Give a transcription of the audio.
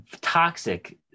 toxic